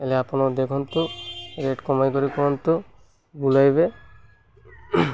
ହେଲେ ଆପଣ ଦେଖନ୍ତୁ ରେଟ୍ କମାଇକରି କୁହନ୍ତୁ ବୁଲାଇବେ